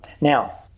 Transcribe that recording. Now